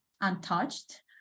untouched